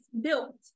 built